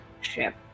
ship